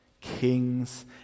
kings